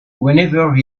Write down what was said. whenever